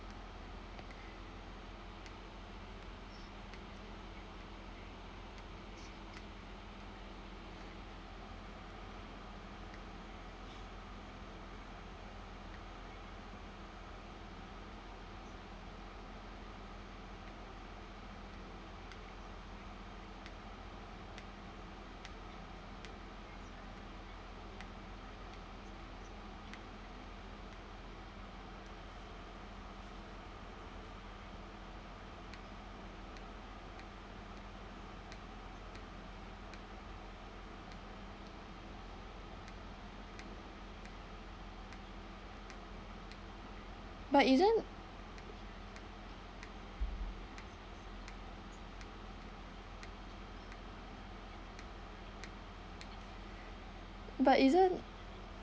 but isn't but isn't